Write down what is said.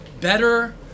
better